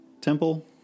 temple